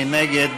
מי נגד?